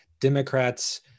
Democrats